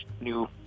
new